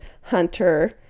Hunter